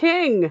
King